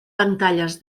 pantalles